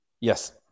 yes